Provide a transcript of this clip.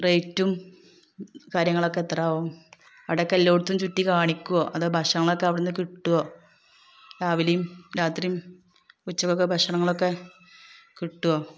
റേറ്റും കാര്യങ്ങളൊക്കെ എത്രാവും അവിടൊക്കെ എല്ലാടത്തും ചുറ്റി കാണിക്കുവോ അതോ ഭക്ഷണമൊക്കെ അവിടുന്ന് കിട്ടുവോ രാവിലെയും രാത്രിയും ഉച്ചക്കൊക്കെ ഭക്ഷണങ്ങളൊക്കെ കിട്ടുമോ